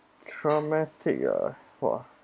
traumatic ah !wah!